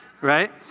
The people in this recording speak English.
Right